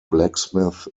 blacksmith